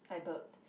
I burped